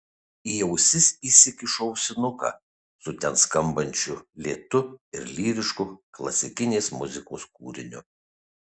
į ausis įsikišu ausinuką su ten skambančių lėtu ir lyrišku klasikinės muzikos kūriniu